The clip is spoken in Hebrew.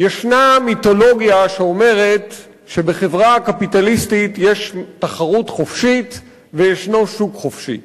יש מיתולוגיה שאומרת שבחברה קפיטליסטית יש תחרות חופשית ויש שוק חופשי.